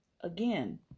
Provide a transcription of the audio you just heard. Again